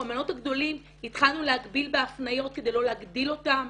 למעונות הגדולים התחלנו להגביל בהפניות כדי לא להגדיל אותם.